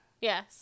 Yes